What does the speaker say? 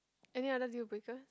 any other dealbreaker